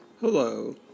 Hello